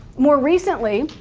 more recently,